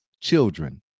children